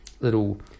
little